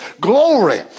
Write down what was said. glory